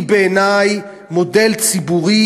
בעיני, אומרת